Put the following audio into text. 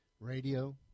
Radio